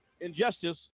Injustice